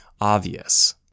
obvious